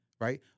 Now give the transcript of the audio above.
Right